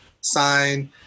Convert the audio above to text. sign